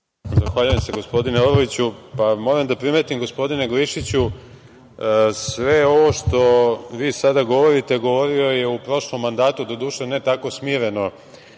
Zahvaljujem se, gospodine Orliću. Moram da primetim gospodine Glišiću, sve ovo što vi sada govorite govorio je u prošlom mandatu, doduše, ne tako smireno